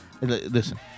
Listen